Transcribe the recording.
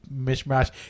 mishmash